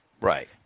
Right